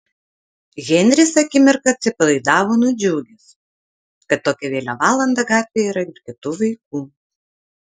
henris akimirką atsipalaidavo nudžiugęs kad tokią vėlią valandą gatvėje yra ir kitų vaikų